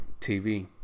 TV